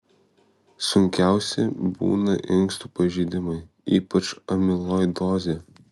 sunkiausi būna inkstų pažeidimai ypač amiloidozė